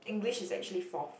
English is actually forth